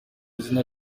izina